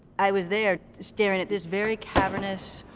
i was there, staring at this very cavernous,